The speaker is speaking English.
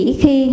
khi